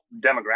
demographic